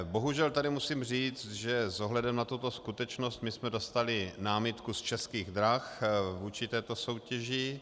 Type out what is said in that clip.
Bohužel tady musím říci, že s ohledem na tuto skutečnost jsme dostali námitku z Českých drah vůči této soutěži.